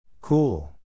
Cool